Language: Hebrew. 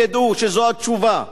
תדעו שזו התשובה,